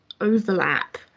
overlap